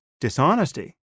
dishonesty